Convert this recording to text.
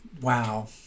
Wow